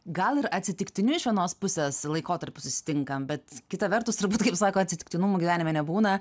gal ir atsitiktiniu iš vienos pusės laikotarpiu susitinkam bet kita vertus turbūt kaip sako atsitiktinumų gyvenime nebūna